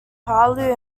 palau